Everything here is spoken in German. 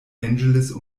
angeles